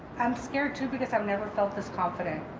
i'm scared too, because i've never felt this confident.